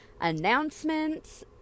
Announcements